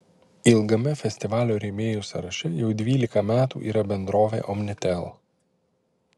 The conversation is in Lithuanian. ilgame festivalio rėmėjų sąraše jau dvylika metų yra bendrovė omnitel